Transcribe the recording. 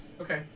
Okay